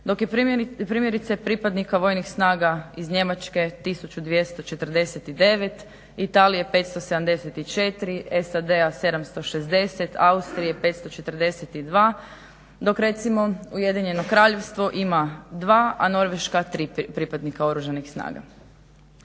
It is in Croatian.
dok je primjerice pripadnika vojnih snaga iz Njemačke 1249, Italije 574, SAD-a 760, Austrije 542, dok recimo Ujedinjeno Kraljevstvo ima 2, a Norveška 3 pripadnika Oružanih snaga.